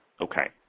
Okay